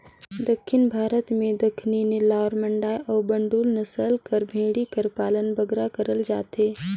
दक्खिन भारत में दक्कनी, नेल्लौर, मांडय अउ बांडुल नसल कर भेंड़ी कर पालन बगरा करल जाथे